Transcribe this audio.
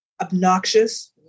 obnoxious